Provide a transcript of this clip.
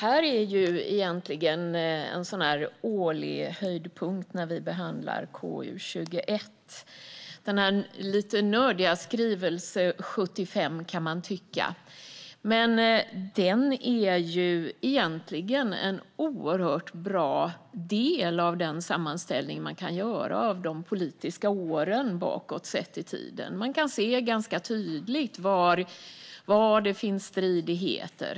Fru talman! Det är en årlig höjdpunkt när vi behandlar KU21. Man kan tycka att skrivelse 75 är lite nördig, men den är en oerhört bra del av den sammanställning man kan göra av de politiska åren bakåt i tiden. Man kan se ganska tydligt var det finns stridigheter.